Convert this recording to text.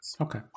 Okay